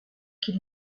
qu’il